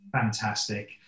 fantastic